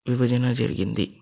విభజన జరిగింది